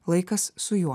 laikas su juo